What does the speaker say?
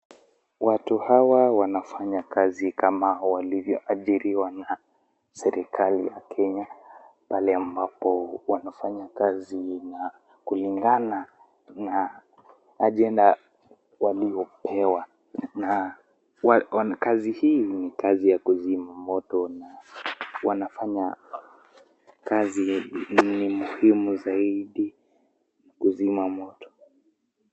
Watu hawa wanafanya kazi kama walivyo ajiriwa na serekali ya Kenya pale ambapo wanafanya kazi kulingana hadi na walikpewa na kazi hii nikazi ya kusima moto, wanafanya hii ni muhimu sana kusima moto.